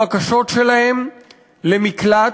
הבקשות שלהם למקלט,